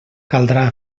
caldrà